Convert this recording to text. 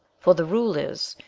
for the rule is,